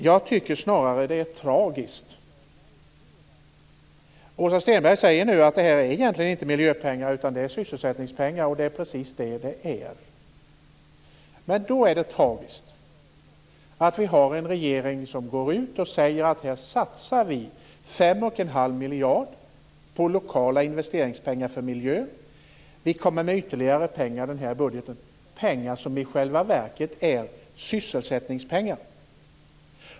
Jag tycker snarare att det hela är tragiskt. Åsa Stenberg säger att de inte utgör miljöpengar utan är sysselsättningspengar. Det är precis så. Då är det tragiskt att vi har en regering som säger att man satsar 5 1⁄2 miljard på lokala investeringspengar på miljön, ytterligare pengar kommer i denna budget.